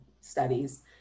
studies